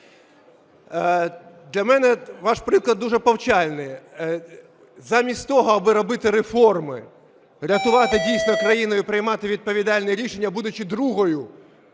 Для мене ваш приклад дуже повчальний. Замість того, аби робити реформи, рятувати дійсно країну і приймати відповідальне рішення, будучи другою